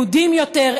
יהודיים יותר,